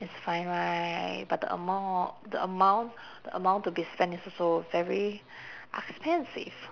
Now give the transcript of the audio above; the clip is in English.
it's fine right but the amount hor the amount the amount to be spent is also very expensive